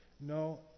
No